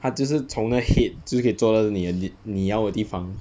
他就是从那 head 就是可以做到你你你要的地方